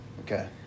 Okay